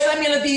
יש להם ילדים,